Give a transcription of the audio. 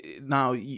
now